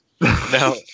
No